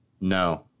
No